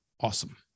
awesome